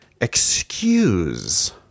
excuse